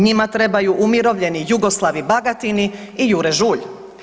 Njima trebaju umirovljeni Jugoslavi Bagatini i Jure Žulj.